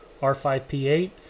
R5P8